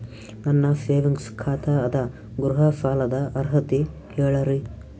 ನನ್ನ ಸೇವಿಂಗ್ಸ್ ಖಾತಾ ಅದ, ಗೃಹ ಸಾಲದ ಅರ್ಹತಿ ಹೇಳರಿ?